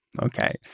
okay